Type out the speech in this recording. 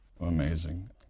Amazing